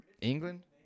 England